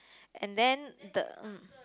and then the mm